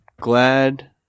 glad